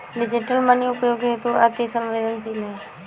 digital money उपयोग हेतु अति सवेंदनशील है